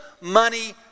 money